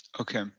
Okay